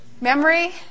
memory